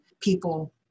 people